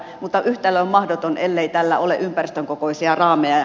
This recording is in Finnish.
mutta yhtälö on mahdoton ellei tällä ole ympäristön kokoisia raameja